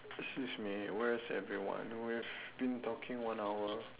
excuse me where's everyone we've been talking one hour